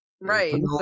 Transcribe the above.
Right